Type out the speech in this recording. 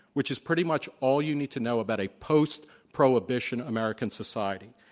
which is pretty much all you need to know about a post-prohibition american society.